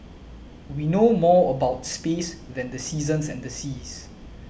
we know more about space than the seasons and seas